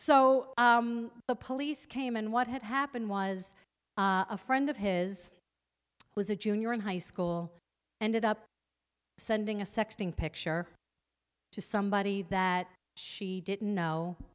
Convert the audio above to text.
so the police came and what had happened was a friend of his was a junior in high school ended up sending a sexting picture to somebody that she didn't know